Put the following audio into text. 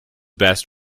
best